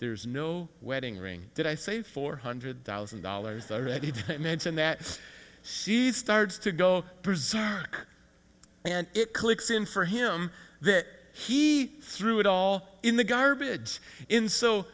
there's no wedding ring did i say four hundred thousand dollars already did i mention that sees starts to go to zach and it clicks in for him that he threw it all in the garbage in so